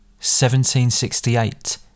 1768